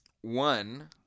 one